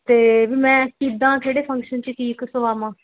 ਅਤੇ ਮੈਂ ਕਿੱਦਾਂ ਕਿਹੜੇ ਫੰਕਸ਼ਨ 'ਚ ਕੀ ਸਵਾਵਾਂ